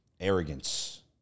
arrogance